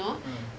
ah